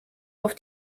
auf